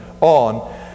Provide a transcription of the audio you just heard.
on